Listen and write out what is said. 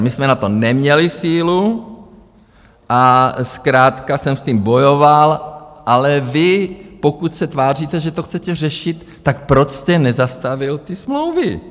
My jsme na to neměli sílu a zkrátka jsem s tím bojoval, ale pokud vy se tváříte, že to chcete řešit, tak proč jste nezastavil ty smlouvy?